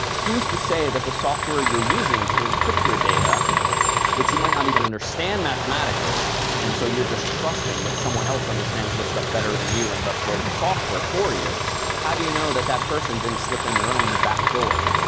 who's to say that the software you're using to encrypt your data which you might not even understand mathematically and so you're just trusting that someone else understands this stuff better than you and thus wrote the software for you how do you know that that person didn't slip in their own backdoor?